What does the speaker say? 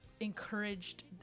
encouraged